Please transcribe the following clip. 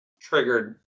triggered